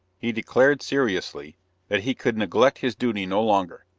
he declared seriously that he could neglect his duty no longer,